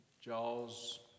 jaws